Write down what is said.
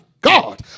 God